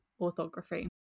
orthography